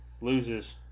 loses